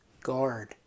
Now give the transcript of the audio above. Guard